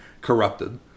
corrupted